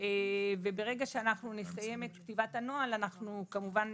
וברגע שאנחנו נסיים את כתיבת הנוהל אנחנו כמובן,